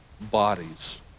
bodies